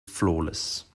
flawless